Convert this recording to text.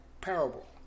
Parable